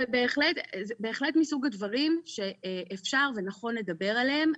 זה בהחלט מסוג הדברים שאפשר ונכון לדבר עליהם.